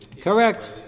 Correct